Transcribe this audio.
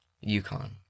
Yukon